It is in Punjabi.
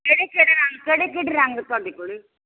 ਕਿਹੜੇ ਕਿਹੜੇ ਕਿਹੜੇ ਕਿਹੜੇ ਰੰਗ ਤੁਹਾਡੇ ਕੋਲ